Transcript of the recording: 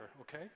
okay